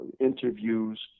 interviews